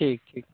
ठीक ठीक